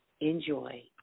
Enjoy